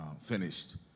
finished